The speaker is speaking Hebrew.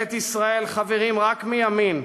בממשלת ישראל חברים רק מימין.